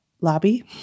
Lobby